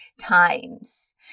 times